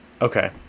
Okay